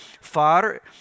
Far